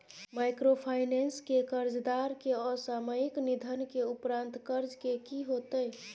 Microfinance के कर्जदार के असामयिक निधन के उपरांत कर्ज के की होतै?